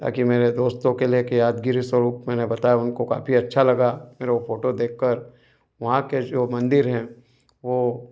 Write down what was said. ताकि मेरे दोस्तों को लेके यादगिरी सोक मैं बताऊँ उनको बहुत अच्छा लगा फिर वो फोटो देख कर वहाँ के जो मंदिर हैं वो